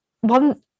one